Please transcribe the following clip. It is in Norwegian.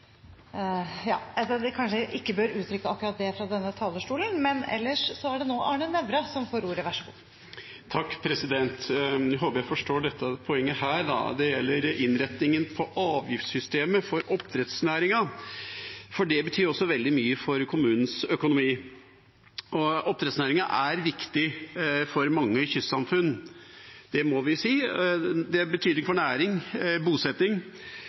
kanskje ikke bør uttrykke akkurat det fra denne talerstolen. Jeg håper jeg forstår dette poenget, da. Det gjelder innretningen på avgiftssystemet for oppdrettsnæringen. Det betyr også veldig mye for kommunenes økonomi. Oppdrettsnæringen er viktig for mange kystsamfunn. Det må vi si. Den har betydning for næring og bosetting